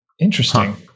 Interesting